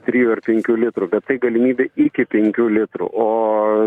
trijų ar penkių litrų bet tai galimybė iki penkių litrų o